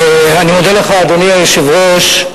אדוני היושב-ראש,